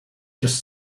just